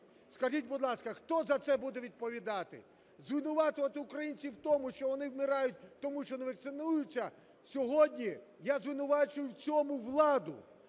Скажіть, будь ласка, хто за це буде відповідати? Звинувачувати українців в тому, що вони вмирають, тому що не вакцинуються, сьогодні я звинувачую в цьому владу.